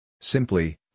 Simply